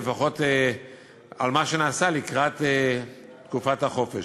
לפחות את מה שנעשה לקראת תקופת החופש.